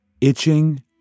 Itching